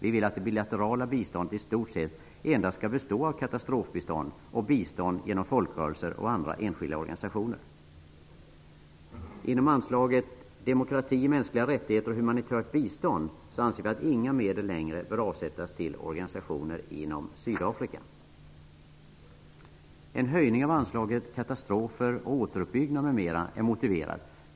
Vi vill att det bilaterala biståndet i stort sett endast skall bestå av katastrofbistånd och bistånd genom folkrörelser och andra enskilda organisationer. Inom anslaget ''Demokrati, mänskliga rättigheter och humanitärt bistånd'', anser vi att inga medel längre bör avsättas till organisationer inom En höjning av anslaget ''Katastrofer och återuppbyggnad m.m.'' är motiverad.